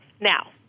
Now